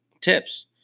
tips